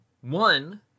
One